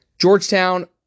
Georgetown